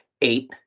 eight